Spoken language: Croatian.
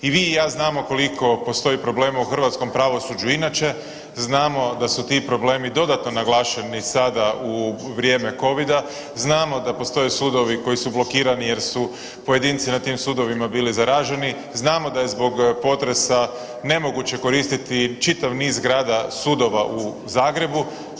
I vi i ja znamo koliko postoji problema u hrvatskom pravosuđu inače, znamo da su ti problemi dodatno naglašeni sada u vrijeme kovida, znamo da postoje sudovi koji su blokirani jer su pojedinci na tim sudovima bili zaraženi, znamo da je zbog potresa nemoguće koristiti čitav niz zgrada sudova u Zagrebu.